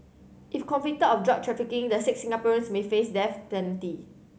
if convicted of drug trafficking the six Singaporeans may face death penalty